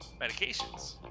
medications